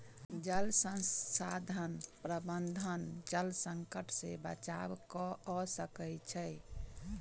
जल संसाधन प्रबंधन जल संकट से बचाव कअ सकै छै